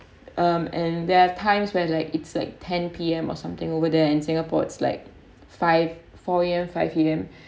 um and there are times where like it's like ten P_M or something over there in singapore it's like five four A_M five P_M